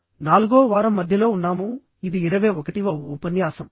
మనం నాలుగో వారం మధ్యలో ఉన్నాము ఇది 21వ ఉపన్యాసం